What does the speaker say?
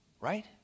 Right